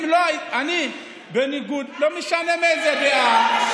אני, בניגוד לך, לא משנה איזו דעה,